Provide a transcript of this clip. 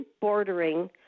bordering